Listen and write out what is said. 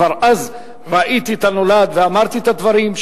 כבר אז ראיתי את הנולד ואמרתי את הדברים,